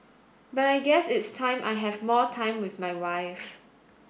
but I guess it's time I have more time with my wife